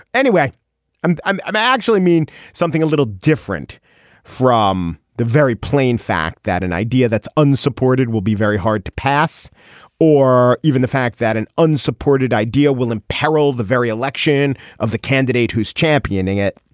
anyway i'm i'm actually mean something a little different from the very plain fact that an idea that's unsupported will be very hard to pass or even the fact that an unsupported idea will imperil the very election of the candidate who's championing it.